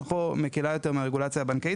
הרגולציה שלהם מקלה יותר מהרגולציה הבנקאית